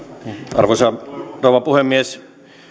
arvoisa rouva puhemies